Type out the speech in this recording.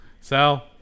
Sal